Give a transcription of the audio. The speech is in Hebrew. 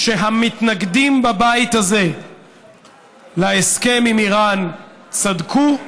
שהמתנגדים בבית הזה להסכם עם איראן צדקו,